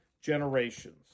generations